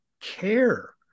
care